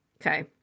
Okay